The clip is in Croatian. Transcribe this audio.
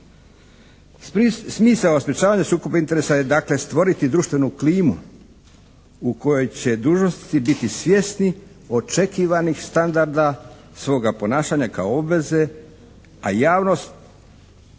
Smisao sprječavanja sukoba interesa je dakle stvoriti društvenu klimu u kojoj će dužnosnici biti svjesni očekivanih standarda svoga ponašanja kao obveze a javnost